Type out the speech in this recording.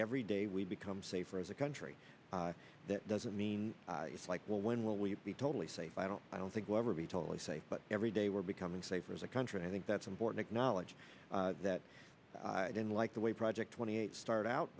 every day we become safer as a country that doesn't mean it's like well when will we be totally safe i don't i don't think we'll ever be totally safe but every day we're becoming safer as a country i think that's important knowledge that i didn't like the way project twenty eight start out